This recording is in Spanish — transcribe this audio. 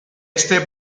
este